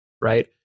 right